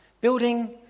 building